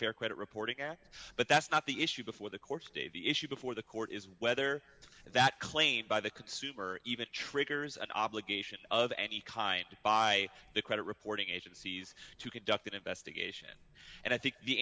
fair credit reporting act but that's not the issue before the courts dave the issue before the court is whether that claim by the consumer even triggers an obligation of any kind by the credit reporting agencies to conduct an investigation and i think the